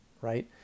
right